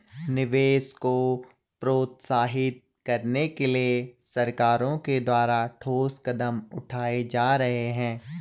निवेश को प्रोत्साहित करने के लिए सरकारों के द्वारा ठोस कदम उठाए जा रहे हैं